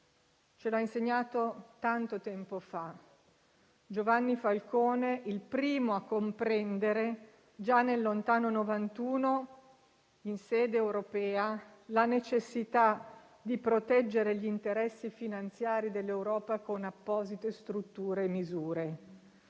Ce lo ha insegnato tanto tempo fa Giovanni Falcone, il primo a comprendere, già nel lontano 1991, in sede europea, la necessità di proteggere gli interessi finanziari dell'Europa con apposite strutture e misure.